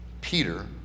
Peter